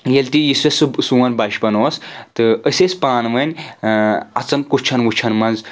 ییٚلہِ تہِ یُس اَسہِ سُہ سون بچپَن اوس تہٕ أسۍ ٲسۍ پانہٕ ؤنۍ اژَن کُچَھن وٕچھَان منٛز